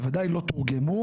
בוודאי לא תורגמו,